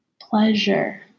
pleasure